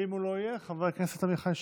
ואם הוא לא יהיה, חבר הכנסת עמיחי שיקלי.